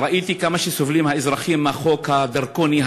וראיתי כמה סובלים האזרחים מהחוק הדרקוני,